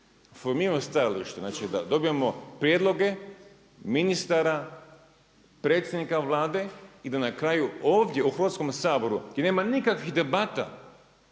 formiranju stajališta znači da dobijamo prijedloge ministara, predsjednika Vlade i da na kraju ovdje u Hrvatskome saboru gdje nema nikakvih debata